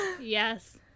yes